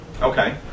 Okay